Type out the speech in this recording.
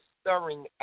stirring